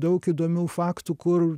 daug įdomių faktų kur